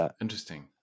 Interesting